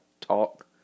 talk